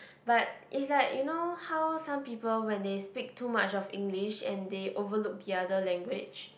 but it's like you know how some people when they speak too much of English and they overlook the other language